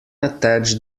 attach